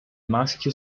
maschio